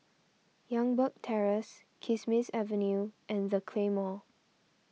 Youngberg Terrace Kismis Avenue and the Claymore